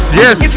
yes